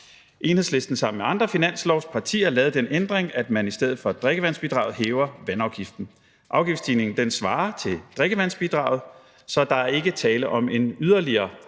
Enhedslisten sammen med andre finanslovspartier lavet den ændring, at man i stedet for drikkevandsbidraget hæver vandafgiften. Afgiftsstigningen svarer til drikkevandsbidraget, så der er ikke tale om en yderligere